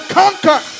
conquer